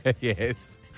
Yes